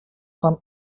some